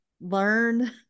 learn